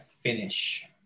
finish